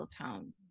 tone